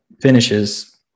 finishes